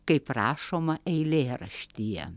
kaip rašoma eilėraštyje